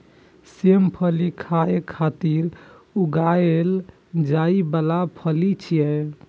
सेम फली खाय खातिर उगाएल जाइ बला फली छियै